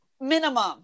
Minimum